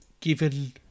given